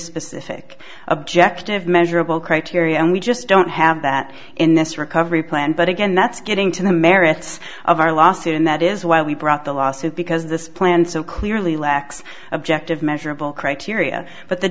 specific objective measurable criteria and we just don't have that in this recovery plan but again that's getting to the merits of our lawsuit and that is why we brought the lawsuit because this plan so clearly lacks objective measurable criteria but the